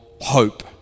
hope